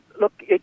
look